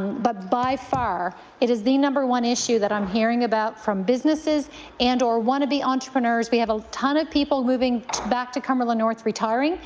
but by far it is the number one issue that i'm hearing about from businesses and or one of the entrepreneurs. we have a ton of people moving back to cumberland north retiring